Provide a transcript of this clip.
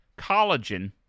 collagen